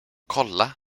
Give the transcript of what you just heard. kolla